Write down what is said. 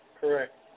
correct